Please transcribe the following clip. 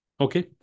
Okay